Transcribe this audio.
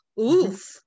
oof